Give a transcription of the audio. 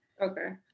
Okay